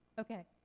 okay,